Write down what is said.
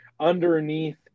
Underneath